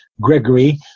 Gregory